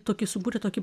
tokį sukūrė tokį